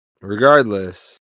regardless